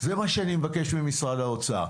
זה מה שאני מבקש ממשרד האוצר.